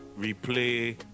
replay